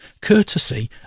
courtesy